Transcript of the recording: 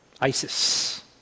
ISIS